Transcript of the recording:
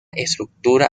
estructura